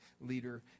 leader